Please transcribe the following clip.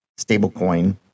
stablecoin